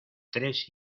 tres